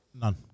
None